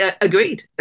agreed